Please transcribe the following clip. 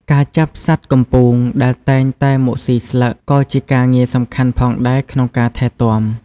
ការចាប់សត្វកំពូងដែលតែងតែមកស៊ីស្លឹកក៏ជាការងារសំខាន់ផងដែរក្នុងការថែទាំ។